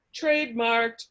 trademarked